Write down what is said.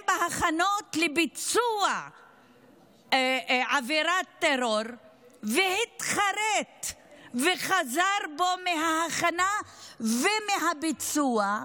בהכנות לביצוע עבירת טרור והתחרט וחזר בו מההכנה ומהביצוע,